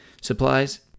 supplies